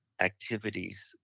activities